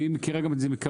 והיא מכירה גם את זה מקרוב.